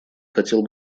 хотел